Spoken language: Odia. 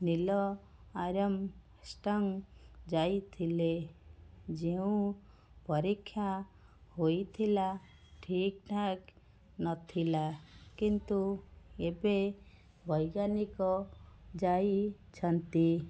ନୀଲ୍ ଆମଷ୍ଟରଙ୍ଗ ଯାଇଥିଲେ ଯେଉଁ ପରୀକ୍ଷା ହୋଇଥିଲା ଠିକ୍ ଠାକ୍ ନଥିଲା କିନ୍ତୁ ଏବେ ବୈଜ୍ଞାନିକ ଯାଇଛନ୍ତି